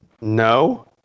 No